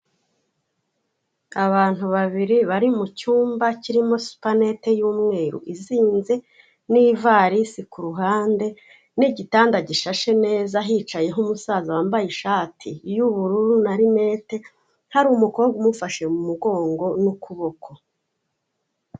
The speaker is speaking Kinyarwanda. Abantu babiri bari mu cyumba kirimo supanete y'umweru, izinze n'ivarisi ku ruhande n'igitanda gishashe neza hicayeho umusaza wambaye ishati y'ubururu na rinete, hari umukobwa umufashe mu mugongo n'ukuboko.